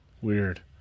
weird